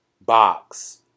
box